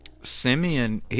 Simeon